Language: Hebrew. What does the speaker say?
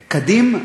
כדים?